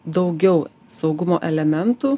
daugiau saugumo elementų